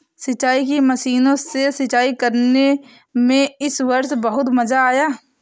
सिंचाई की मशीनों से सिंचाई करने में इस वर्ष बहुत मजा आया